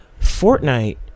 Fortnite